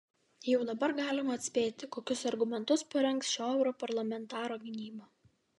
jau dabar galima atspėti kokius argumentus parengs šio europarlamentaro gynyba